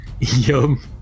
yum